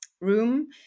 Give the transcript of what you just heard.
room